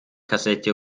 kassette